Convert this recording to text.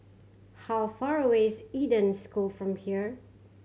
how far away is Eden School from here